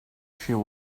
she